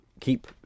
keep